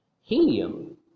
Helium